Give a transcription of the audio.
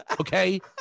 Okay